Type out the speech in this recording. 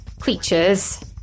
creatures